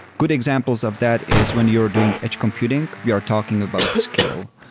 good examples of that is when you're doing edge computing, we are talking about scale.